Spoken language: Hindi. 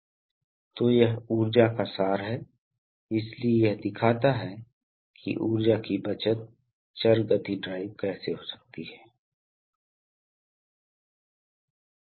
इस प्रकार यह शब्द स्ट्रिक्शन वास्तव में उससे आता है इसलिए स्थैतिक घर्षण में काफी वृद्धि हो सकती है जब तक कि नमी और इस विशेष पदार्थ को हटाया नहीं जाता है